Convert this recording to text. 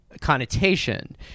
connotation